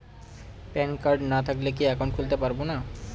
Pan card না থাকলে কি একাউন্ট খুলতে পারবো না?